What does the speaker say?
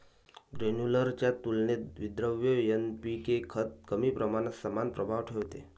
granular च्या तुलनेत विद्रव्य एन.पी.के खत कमी प्रमाणात समान प्रभाव ठेवते